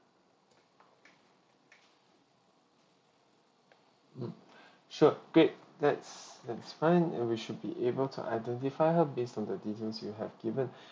mm sure great that's that's fine and we should be able to identify her based on the details you've given